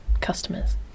customers